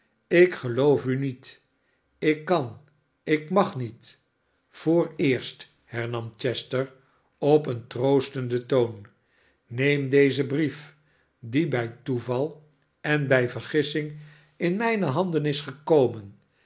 ik geloof u niet ik kan ik mag niet vooreerst hernam chester op een troostenden toon neem dezen brief die bij toeval en bij vergissing in mijne handen is gekomen